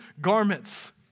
garments